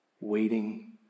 waiting